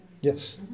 Yes